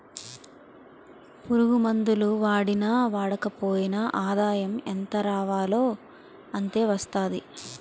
పురుగుమందులు వాడినా వాడకపోయినా ఆదాయం ఎంతరావాలో అంతే వస్తాది